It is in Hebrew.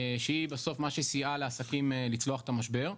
שהיא בסוף מה שסייעה לעסקים לצלוח את המשבר,